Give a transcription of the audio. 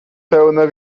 pełne